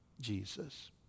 Jesus